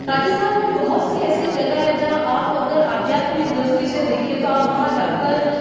राजस्थान में बहुत सी ऐसी जगह है जहाँ आप अगर आध्यात्मिक दृष्टि से देखें तो आप वहाँ जा कर